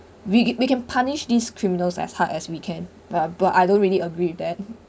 we we can punish these criminals as hard as we can but but I don't really agree with that